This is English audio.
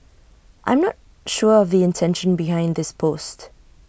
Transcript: I'm not sure of the intention behind this post